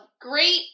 great